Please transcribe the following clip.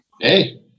Hey